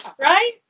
right